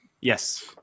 Yes